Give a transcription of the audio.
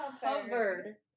covered